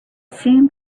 seemed